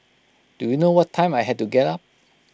do you know what time I had to get up